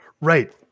Right